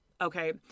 Okay